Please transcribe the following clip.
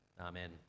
Amen